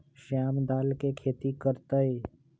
श्याम दाल के खेती कर तय